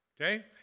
Okay